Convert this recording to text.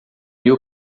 mil